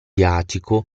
article